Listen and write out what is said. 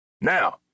Now